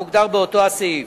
המוגדרים באותו הסעיף.